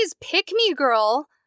pick-me-girl